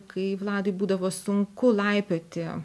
kai vladui būdavo sunku laipioti